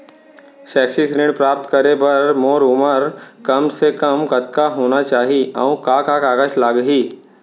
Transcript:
शैक्षिक ऋण प्राप्त करे बर मोर उमर कम से कम कतका होना चाहि, अऊ का का कागज लागही?